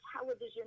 television